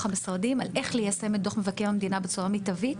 המשרדים על איך ליישם את דוח מבקר המדינה בצורה מיטבית,